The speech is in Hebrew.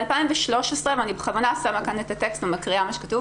ב-2013 ואני בכוונה שמה כאן את הטקסט וקוראת מה שכתוב